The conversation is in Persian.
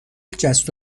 جست